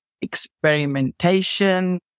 experimentation